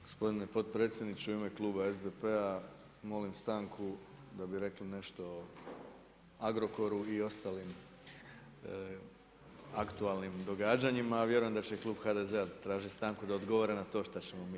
Gospodine potpredsjedniče u ime Kluba SDP-a molim stanku da bi rekli nešto o Agrokoru i ostalim aktualnim događanjima, a vjerujem da će i Klub HDZ-a tražiti stranku da odgovara na to što smo mi